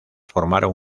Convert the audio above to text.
formaron